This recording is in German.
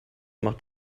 macht